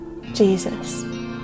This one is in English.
Jesus